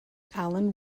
alan